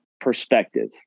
perspective